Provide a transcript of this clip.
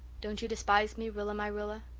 don't you despise me, rilla-my-rilla?